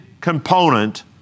component